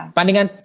Pandangan